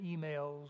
emails